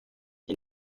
n’u